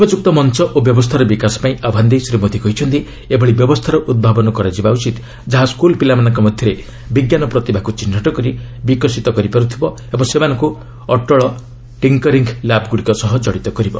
ଉପଯୁକ୍ତ ମଞ୍ଚ ଓ ବ୍ୟବସ୍ଥାର ବିକାଶ ପାଇଁ ଆହ୍ୱାନ ଦେଇ ଶ୍ରୀ ମୋଦି କହିଛନ୍ତି ଏଭଳି ବ୍ୟବସ୍ଥାର ଉଦ୍ଭାବନ କରାଯିବା ଉଚିତ୍ ଯାହା ସ୍କୁଲ୍ ପିଲାମାନଙ୍କ ମଧ୍ୟରେ ବିଜ୍ଞାନ ପ୍ରତିଭାକୁ ଚିହ୍ନଟ କରି ବିକଶିତ କରିପାରୁଥିବ ଓ ସେମାନଙ୍କୁ ଅଟଳ ଟିଙ୍କରିଙ୍ଗ୍ ଲ୍ୟାବ୍ଗୁଡ଼ିକ ସହ କଡ଼ିତ କରିବ